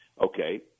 Okay